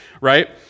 right